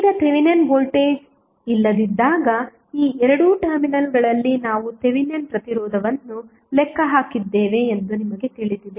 ಈಗ Thevenin voltage ಇಲ್ಲದಿದ್ದಾಗ ಈ ಎರಡು ಟರ್ಮಿನಲ್ಗಳಲ್ಲಿ ನಾವು ಥೆವೆನಿನ್ ಪ್ರತಿರೋಧವನ್ನು ಲೆಕ್ಕ ಹಾಕಿದ್ದೇವೆ ಎಂದು ನಿಮಗೆ ತಿಳಿದಿದೆ